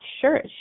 sure